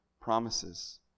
promises